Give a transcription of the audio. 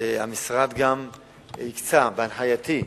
המשרד הקצה, בהנחייתי,